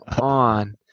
on